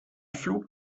flug